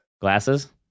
Glasses